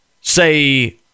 say